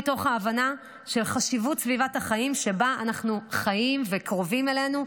מתוך ההבנה של חשיבות סביבת החיים שבה אנחנו חיים וקרובה אלינו,